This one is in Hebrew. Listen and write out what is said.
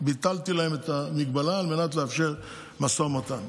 ביטלתי להם את המגבלה כדי לאפשר משא ומתן.